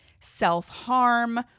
self-harm